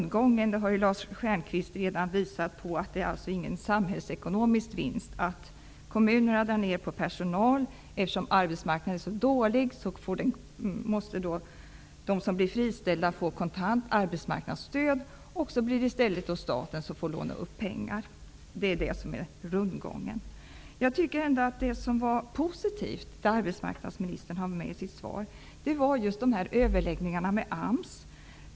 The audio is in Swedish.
Lars Stjernkvist har redan visat på rundgången. Det är ingen samhällsekonomisk vinst att kommunerna drar ner på personalen. Eftersom arbetsmarknaden är så dålig måste de som blir friställda få kontant arbetsmarknadsstöd. Då blir det i stället staten som får låna upp pengar. Detta är rundgången. Det positiva som arbetsmarknadsministern hade med i sitt svar var överläggningarna med AMS.